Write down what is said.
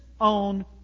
own